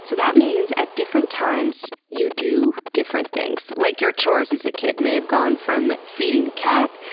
so that means at different times you do different things. like your chores as a kid may have gone from feeding the cat,